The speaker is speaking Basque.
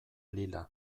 lila